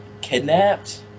kidnapped